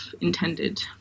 intended